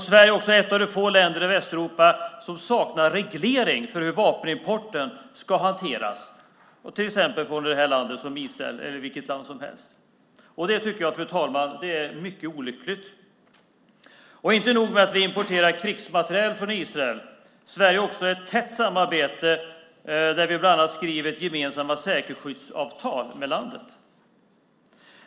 Sverige är ett av de få länder i Västeuropa som saknar reglering för hur vapenimporten ska hanteras från till exempel ett land som Israel eller vilket land som helst. Det tycker jag är mycket olyckligt, fru talman. Inte nog med att vi importerar krigsmateriel från Israel - Sverige har också ett tätt samarbete där vi bland annat skriver gemensamma säkerhetsskyddsavtal med landet.